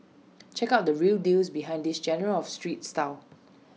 check out the real deals behind this genre of street style